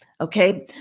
Okay